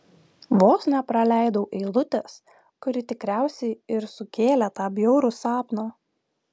vos nepraleidau eilutės kuri tikriausiai ir sukėlė tą bjaurų sapną